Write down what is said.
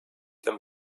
them